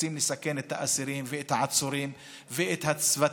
רוצים לסכן את האסירים ואת העצורים ואת הצוותים,